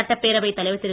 சட்டப்பேரவைத் தலைவர் திரு